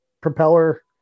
propeller